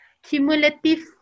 cumulative